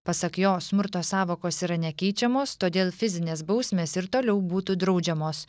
pasak jo smurto sąvokos yra nekeičiamos todėl fizinės bausmės ir toliau būtų draudžiamos